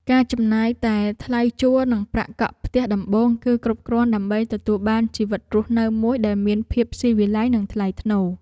ការចំណាយតែថ្លៃជួលនិងប្រាក់កក់ផ្ទះដំបូង គឺគ្រប់គ្រាន់ដើម្បីទទួលបានជីវិតរស់នៅមួយដែលមានភាពស៊ីវិល័យនិងថ្លៃថ្នូរ។